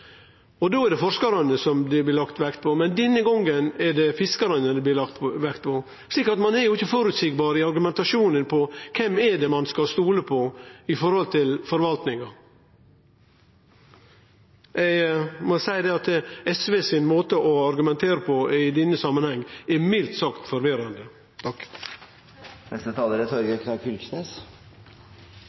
og då er det forskarane det blir lagt vekt på. Men denne gongen er det fiskarane det blir lagt vekt på, så ein er ikkje føreseieleg i argumentasjonen når det gjeld kven ein skal stole på med tanke på forvaltninga. Eg må seie at SV sin måte å argumentere på i denne samanhengen er mildt sagt forvirrande.